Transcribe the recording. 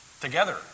together